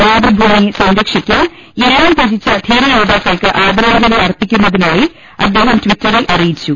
മാതൃഭൂമിയെ സംരക്ഷിക്കാൻ എല്ലാം ത്യജിച്ച ധീര യോദ്ധാക്കൾക്ക് ആദരാഞ്ജലി അർപ്പിക്കുന്നതായി അദ്ദേഹം ട്ടിറ്ററിൽ അറിയിച്ചു